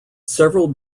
several